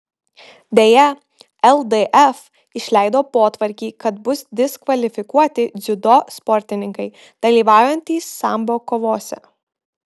deja ldf išleido potvarkį kad bus diskvalifikuoti dziudo sportininkai dalyvaujantys sambo kovose